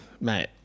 Mate